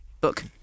book